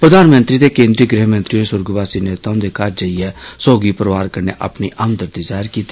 प्रधानमंत्री ते केन्द्रीय गृहमंत्री होरें सुर्गवासी नेता हुन्दे घर जाइये सौगी परिवार कन्नै अपनी हमदर्दी जाहिर कीती